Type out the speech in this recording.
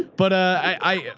but i,